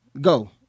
Go